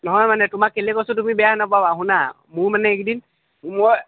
নহয় মানে তোমাক কেলেই কৈছোঁ তুমি বেয়া নাপাাবা শুনা মোৰ মানে এইকেইদিন মই